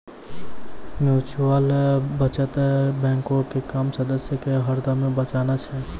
mutual बचत बैंको के काम सदस्य के हरदमे बचाना छै